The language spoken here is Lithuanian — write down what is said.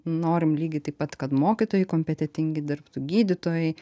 norim lygiai taip pat kad mokytojai kompetentingi dirbtų gydytojai